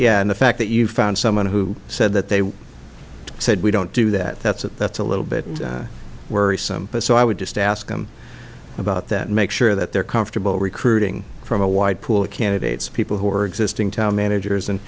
yeah and the fact that you found someone who said that they said we don't do that that's that that's a little bit worrisome but so i would just ask them about that make sure that they're comfortable recruiting from a wide pool of candidates people who are existing town managers and